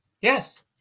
Yes